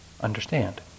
understand